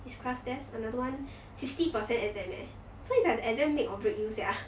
it's class test another one fifty percent exam leh so it's like the exam make or break you sia